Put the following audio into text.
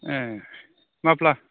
ए माब्ला